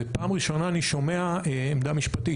ופעם ראשונה אני שומע עמדה משפטית.